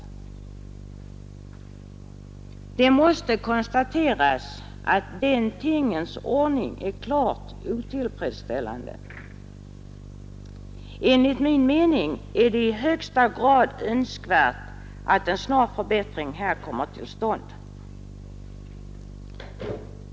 Det måste konstateras att denna tingens ordning är klart otillfredsställande. Enligt min mening är det i högsta grad önskvärt att en snar förbättring här kommer till stånd.